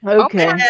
okay